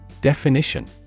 Definition